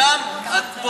זה סתם פופוליזם.